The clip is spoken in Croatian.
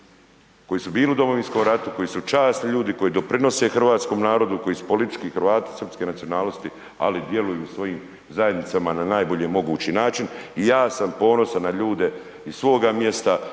koji su bili u Domovinskom ratu, koji su časni ljudi, koji doprinose hrvatskom narodu, koji su politički Hrvati srpske nacionalnosti, ali djeluju u ovim zajednicama na najbolji mogući način i ja sam ponosan na ljude iz svoga mjesta